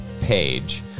page